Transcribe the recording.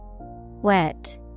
Wet